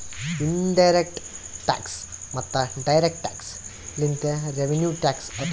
in direct tax ಮತ್ತ direct tax ಲಿಂತೆ revenue tax ಆತ್ತುದ್